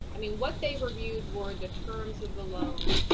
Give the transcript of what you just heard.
i mean, what they reviewed were the terms of the loan.